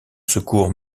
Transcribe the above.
secours